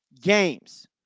games